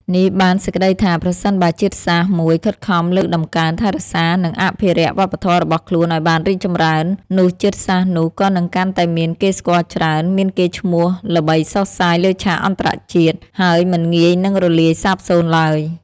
នេះបានសេចក្ដីថា ប្រសិនបើជាតិសាសន៍មួយខិតខំលើកតម្កើង ថែរក្សា និងអភិរក្សវប្បធម៌របស់ខ្លួនឱ្យបានរីកចម្រើន នោះជាតិសាសន៍នោះក៏នឹងកាន់តែមានគេស្គាល់ច្រើន មានកេរ្តិ៍ឈ្មោះល្បីសុះសាយលើឆាកអន្តរជាតិ ហើយមិនងាយនឹងរលាយសាបសូន្យឡើយ។